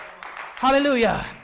Hallelujah